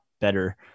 better